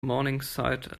morningside